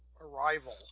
arrival